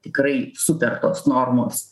tikrai sutartos normos